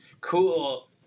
cool